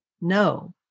no